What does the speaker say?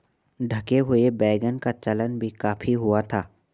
ढके हुए वैगन का चलन भी काफी हुआ था